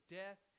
death